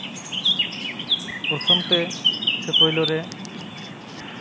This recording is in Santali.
ᱯᱨᱚᱛᱷᱚᱢ ᱛᱮ ᱥᱮ ᱯᱳᱭᱞᱳ ᱨᱮ